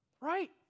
right